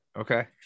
okay